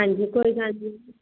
ਹਾਂਜੀ ਕੋਈ ਗੱਲ ਨੀ ਜੀ